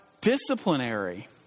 disciplinary